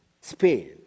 Spain